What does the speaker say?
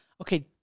okay